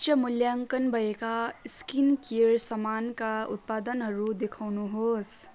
उच्च मूल्याङ्कन भएका स्किन केयर समानका उत्पादनहरू देखाउनुहोस्